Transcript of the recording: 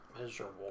miserable